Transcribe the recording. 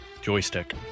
Joystick